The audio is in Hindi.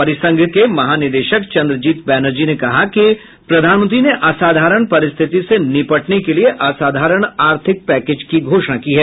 परिसंघ के महानिदेशक चन्द्रजीत बैनर्जी ने कहा कि प्रधानमंत्री ने असाधारण परिस्थिति से निपटने को लिए असाधारण आर्थिक पैकेज की घोषणा की है